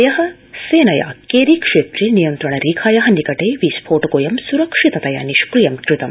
ह्य सेनया केरी क्षेत्रे नियन्त्रण रेखाया निकटे विस्फोटकोऽयं सुरक्षिततया निष्क्रियं कृतम्